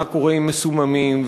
מה קורה עם מסוממים?